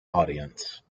audience